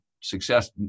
success